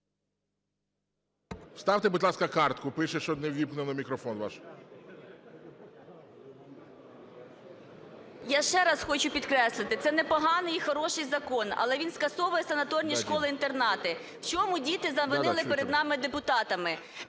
Вставте, будь ласка, картку. Пише, що не ввімкнено мікрофон ваш. 11:49:44 БІЛОЗІР Л.М. Я ще раз хочу підкреслити: це непоганий і хороший закон, але він скасовує санаторні школи-інтернати. В чому діти завинили перед нами – депутатами?